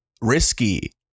risky